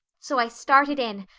so i started in,